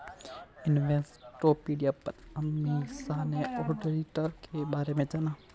Investopedia पर अमीषा ने auditor के बारे में जाना